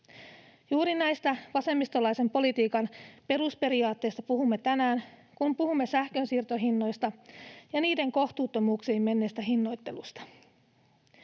Juuri näistä vasemmistolaisen politiikan perusperiaatteista puhumme tänään, kun puhumme sähkönsiirtohinnoista ja niiden kohtuuttomuuksiin menneestä hinnoittelusta.